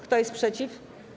Kto jest przeciw?